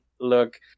look